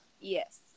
yes